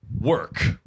Work